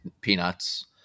peanuts